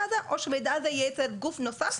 הזה או שהמידע הזה יהיה אצל גוף נוסף,